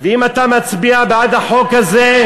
ואם אתה מצביע בעד החוק הזה,